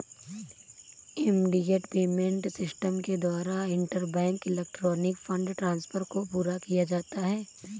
immediate payment system के द्वारा interbank electronic fund transfer को पूरा किया जाता है